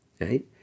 right